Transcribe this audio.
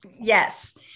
Yes